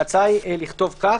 ההצעה היא לכתוב כך: